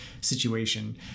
situation